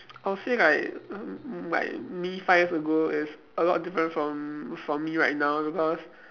I'll say like um like me five years ago is a lot different from from me right now because